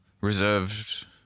reserved